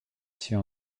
suis